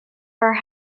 her